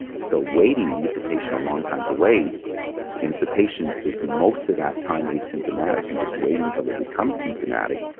so waiting and give the patient a long time to wait and if the patient is most of that time asymptomatic and just waiting till they become symptomatic,